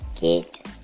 Get